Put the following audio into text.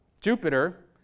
Jupiter